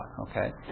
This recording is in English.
Okay